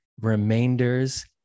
Remainders